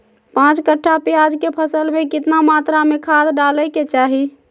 पांच कट्ठा प्याज के फसल में कितना मात्रा में खाद डाले के चाही?